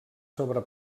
sobre